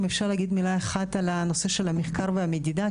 אם אפשר להגיד מילה על נושא המחקר והמדידה,